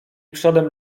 przodem